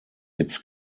its